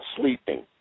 sleeping